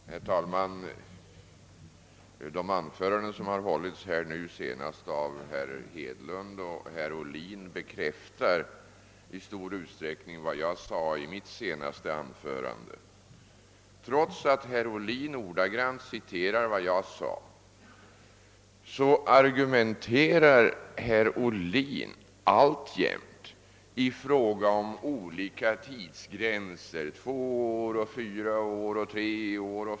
Herr talman! De anföranden som herrar Hedlund och Ohlin nu hållit bekräftar i stor utsträckning vad jag tidigare sade. Trots att herr Ohlin ordagrant citerade mig argumenterar han alltjämt utifrån olika tidsgränser: två, tre, fyra och fem år.